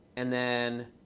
and then